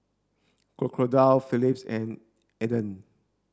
Crocodile Philips and Aden